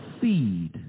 seed